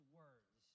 words